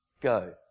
go